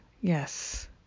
Yes